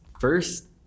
first